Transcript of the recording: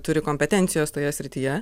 turi kompetencijos toje srityje